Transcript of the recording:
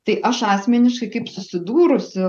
tai aš asmeniškai kaip susidūrusi